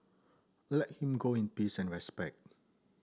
let him go in peace and respect